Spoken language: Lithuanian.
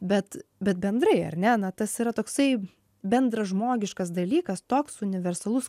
bet bet bendrai ar ne na tas yra toksai bendražmogiškas dalykas toks universalus